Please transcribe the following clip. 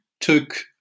took